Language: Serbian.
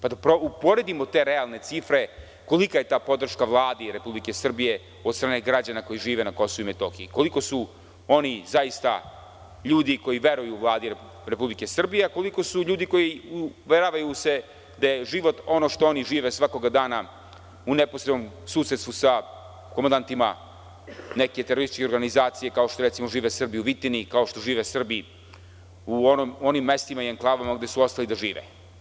Da upredimo te realne cifre, kolika je ta podrška Vladi Republike Srbije od strane građana koji žive na KiM, koliko su oni zaista ljudi koji veruju Vladi Republike Srbije, a koliko su ljudi koji uveravaju da je život ono što oni žive svakog dana u neposrednom susedstvu sa komandantima neke terorističke organizacije, kao što recimo žive Srbi u Vitini, kao što žive Srbi u onim mestima i enklavama gde su ostali da žive.